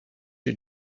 you